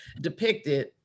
depicted